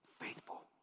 faithful